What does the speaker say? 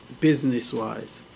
business-wise